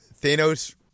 Thanos